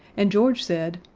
and george said,